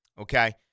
okay